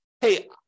hey